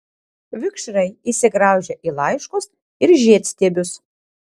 vikšrai įsigraužia į laiškus ir žiedstiebius